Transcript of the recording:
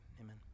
amen